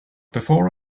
before